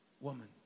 woman